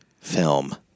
film